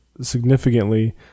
significantly